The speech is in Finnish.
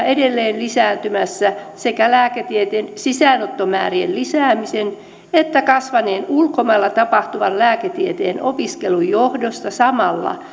edelleen lisääntymässä sekä lääketieteen sisäänottomäärien lisäämisen että kasvaneen ulkomailla tapahtuvan lääketieteen opiskelun johdosta samalla